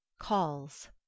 Calls